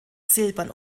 silbern